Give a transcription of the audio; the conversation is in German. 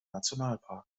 nationalpark